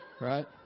right